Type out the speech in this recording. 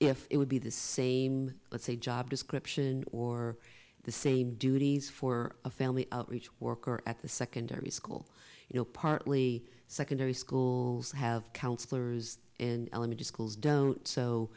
if it would be the same let's say job description or the same duties for a family outreach worker at the secondary school you know partly secondary schools have counselors in elementary schools don't so